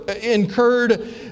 incurred